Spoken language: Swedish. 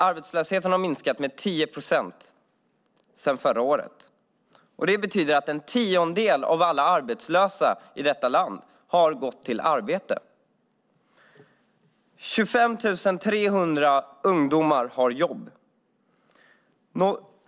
Arbetslösheten har minskat med 10 procent sedan förra året, och det betyder att en tiondel av alla arbetslösa i detta land har gått till arbete. 25 300 ungdomar har jobb.